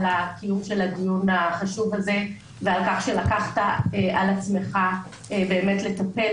על הקיום של הדיון החשוב הזה ועל כך שלקחת על עצמך באמת לטפל